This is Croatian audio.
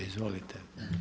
Izvolite.